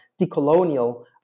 decolonial